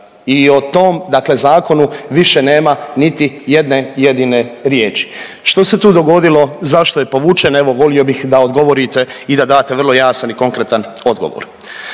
I o tom dakle zakonu više nema niti jedne jedine riječi. Što se tu dogodilo, zašto je povučen? Evo volio bih da odgovorite i da date vrlo jasan i konkretan odgovor.